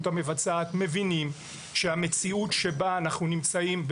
המבצעת מבינים שהמציאות שבה אנחנו נמצאים,